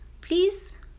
Please